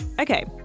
Okay